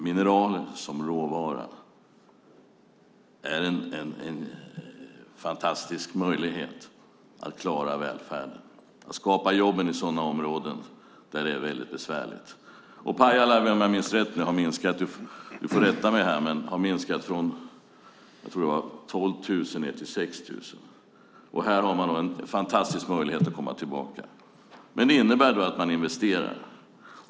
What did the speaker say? Mineral som råvara utgör en fantastisk möjlighet att klara välfärden, att skapa jobb i områden där det är besvärligt. Om jag minns rätt har antalet anställda i Pajala minskat från 12 000 till 6 000 - rätta mig om jag har fel. Här finns en fantastisk möjlighet att komma tillbaka. Det innebär att man investerar.